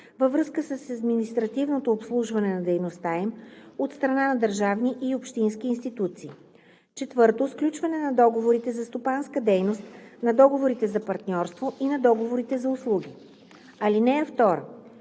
във връзка с административното обслужване на дейността им от страна на държавни и общински институции; 4. сключване на договорите за стопанска дейност, на договорите за партньорство и на договорите за услуги. (2)